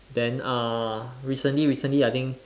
then uh recently recently I think